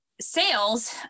sales